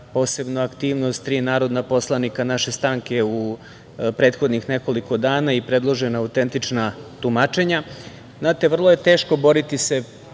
posebnu aktivnost tri narodna poslanika naše stranke u prethodnih nekoliko dana i predložena autentična tumačenja. Znate, vrlo je teško boriti se